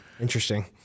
interesting